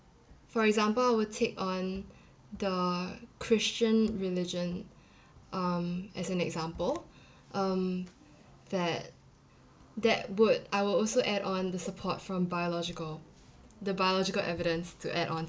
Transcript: for example I will take on the christian religion um as an example um that that would I will also add on the support from biological the biological evidence to add on